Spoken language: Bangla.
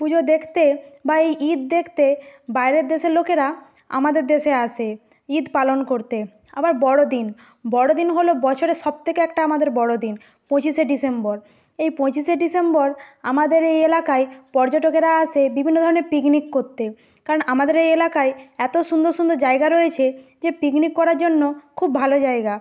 পুজো দেকতে বা এই ঈদ দেকতে বাইরের দেশের লোকেরা আমাদের দেশে আসে ঈদ পালন করতে আবার বড়দিন বড়দিন হলো বছরের সবথেকে একটা আমাদের বড়ো দিন পঁচিশে ডিসেম্বর এই পঁচিশে ডিসেম্বর আমাদের এই এলাকায় পর্যটকেরা আসে বিভিন্ন ধরনের পিকনিক করতে কারণ আমাদের এই এলাকায় এত সুন্দর সুন্দর জায়গা রয়েছে যে পিকনিক করার জন্য খুব ভালো জায়গা